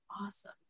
Awesome